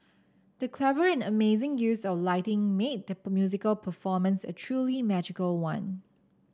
the clever and amazing use of lighting made the musical performance a truly magical one